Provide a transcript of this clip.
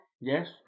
yes